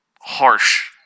Harsh